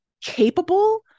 capable